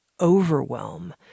overwhelm